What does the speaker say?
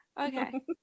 Okay